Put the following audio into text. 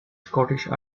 scottish